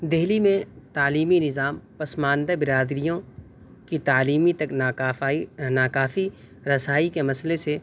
دہلی میں تعلیمی نظام پسماندہ برادریوں کی تعلیمی تک ناکافائی ناکافی رسائی کے مسئلے سے